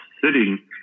sitting